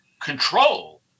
control